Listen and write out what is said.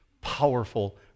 Powerful